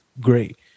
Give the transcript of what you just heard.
great